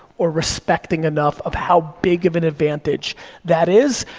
or respecting enough of how big of an advantage that is,